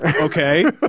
Okay